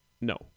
No